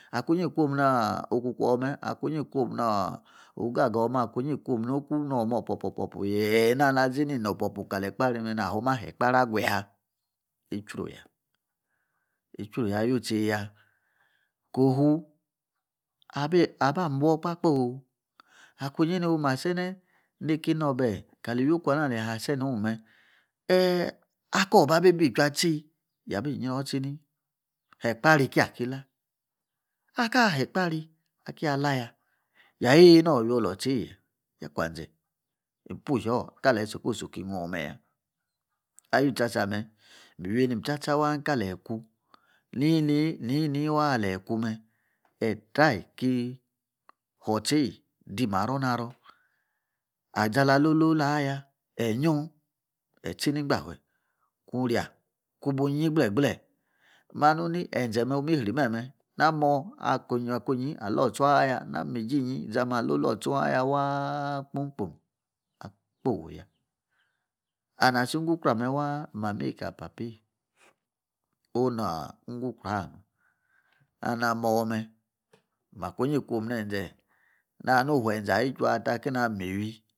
Akunyi ikuom no'okuku ome akunyi ikuom niugaga me akunyi ikuom no oku opor opor pu me ye na. Na zini nor opor pu ka li ekpari me na joma he ekpari aguya! tchieu ya itchru ya yu chii yi ya kofu abi aba boor papao akunyi no ma sene neiki inobahe kali iwioku ana ale yi a seno me Eee akoo ba bi bii itcchi atsi yi yabi yi roo itchi nii he ekpari kia ki la. Akah he ekppari kiya a' la ya ya yeoi yi noor iwi oloor atse yi ya. Ya kuan ze ipush oor ka leyi supposi oki goor me ya. Ayuu tsi asame miwei him tcha tcha tcha ka leyi ikuu nii nii nii nii wa a'leyi ikuu me ee try ki hoor otei di maro haro iji a'la loloola ya eyi yung. Ee tchi nii ingahe kung riya kunu yii gbe gle. Ma nu mi enze me emi sri meme. Na moor akii makunyi a;loor otua ya, na mi iji yi izame a loloo tchong aya waa kpung kpung. Akpoi ya. And asi ingi wcraa me waa a yi mamei kali papei o'naa ingi ukrua me alaa moor me makunyi ikuom nenze na haa nii ufua enze ayi tchua ta kei na mii iwi